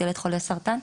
ילד חולה סרטן.